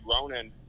Ronan